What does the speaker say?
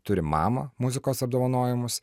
turim mama muzikos apdovanojimus